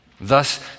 Thus